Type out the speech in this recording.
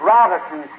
Robinson